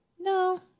No